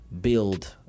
build